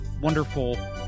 wonderful